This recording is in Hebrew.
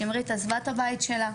שמרית עזבה את הבית שלה,